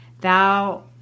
thou